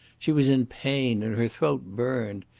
she was in pain, and her throat burned.